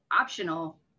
optional